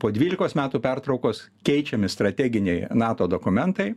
po dvylikos metų pertraukos keičiami strateginiai nato dokumentai